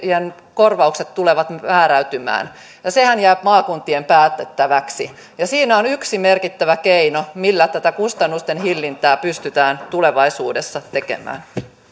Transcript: korvaukset tulevat määräytymään ja sehän jää maakuntien päätettäväksi siinä on yksi merkittävä keino millä tätä kustannusten hillintää pystytään tulevaisuudessa tekemään